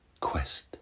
quest